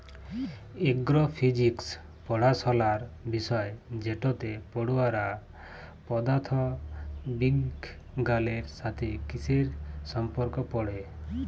এগ্র physics পড়াশলার বিষয় যেটতে পড়ুয়ারা পদাথথ বিগগালের সাথে কিসির সম্পর্ক পড়ে